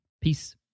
Peace